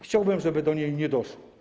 Chciałbym, żeby do niej nie doszło.